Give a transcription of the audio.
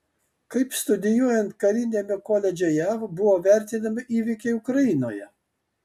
kaip studijuojant kariniame koledže jav buvo vertinami įvykiai ukrainoje